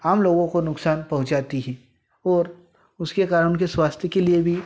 आम लोगों को नुकसान पहुँचाती हैं और उसके कारण उनके स्वास्थ के लिए भी